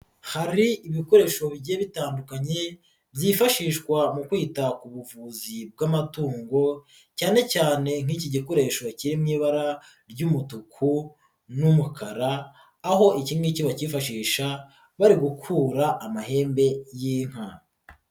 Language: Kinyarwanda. Hari ibikoresho bigiye bitandukanye byifashishwa mu kwita ku buvuzi bw'amatungo, cyane cyane nk'iki gikoresho kiri mu ibara ry'umutuku n'umukara, aho iki ngiki bakifashisha bari gukura amahembe y'inka.